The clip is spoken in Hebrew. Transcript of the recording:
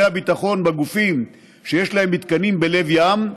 הביטחון בגופים שיש להם מתקנים בלב ים,